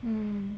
mm